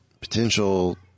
potential